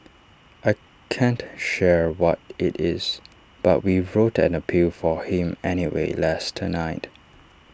I can't share what IT is but we wrote an appeal for him anyway last night